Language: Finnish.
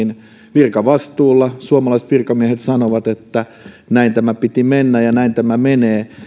virkavastuulla suomalaiset virkamiehet sanovat että näin tämän piti mennä ja näin tämä menee